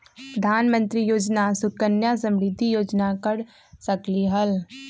प्रधानमंत्री योजना सुकन्या समृद्धि योजना कर सकलीहल?